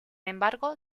embargo